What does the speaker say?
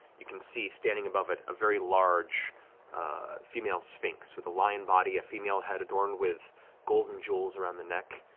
you can see standing above it a very large female sphinx with a lion body, a female head adorned with golden jewels around the neck,